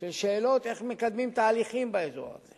של שאלות איך מקדמים תהליכים באזור הזה